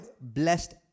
blessed